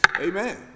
amen